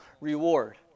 reward